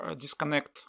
disconnect